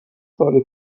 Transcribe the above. سال